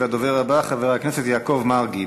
הדובר הבא, חבר הכנסת יעקב מרגי.